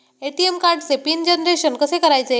ATM कार्डचे pin generation कसे करायचे?